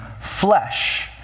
flesh